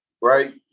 right